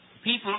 People